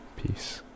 Peace